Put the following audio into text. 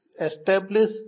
establish